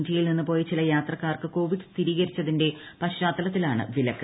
ഇന്ത്യയിൽ നിന്നുപോയ ചില യാത്രക്കാർക്ക് കോവിഡ് സ്ഥിരീകരിച്ചതിന്റെ പശ്ചാത്തലത്തിലാണ് വിലക്ക്